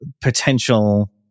potential